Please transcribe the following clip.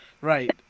Right